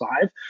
five